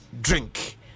drink